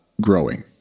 growing